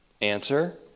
Answer